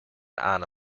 anna